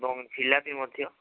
ଏବଂ ଜିଲାପି ମଧ୍ୟ